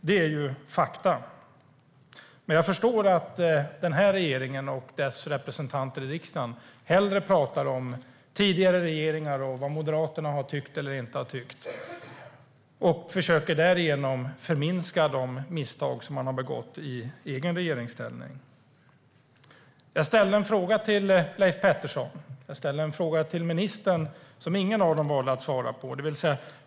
Det är fakta. Men jag förstår att regeringen och dess representanter i riksdagen hellre talar om tidigare regeringar och vad Moderaterna har tyckt eller inte har tyckt. Man försöker därigenom förminska de misstag som man har begått i egen regeringsställning. Jag ställde en fråga till Leif Pettersson och till ministern som ingen av dem valde att svara på.